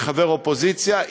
כחבר אופוזיציה,